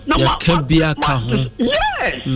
yes